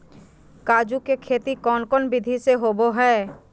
काजू के खेती कौन कौन विधि से होबो हय?